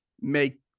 make